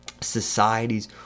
societies